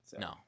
No